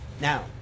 now